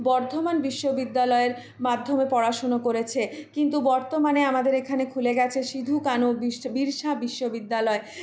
বর্ধমান বিশ্ববিদ্যালয়ের মাধ্যমে পড়াশুনো করেছে কিন্তু বর্তমানে আমাদের এখানে খুলে গেছে সিধু কানু বিরশা বিশ্ববিদ্যালয়